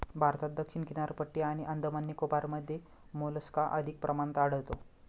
भारतात दक्षिण किनारपट्टी आणि अंदमान निकोबारमध्ये मोलस्का अधिक प्रमाणात आढळतो